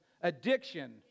addiction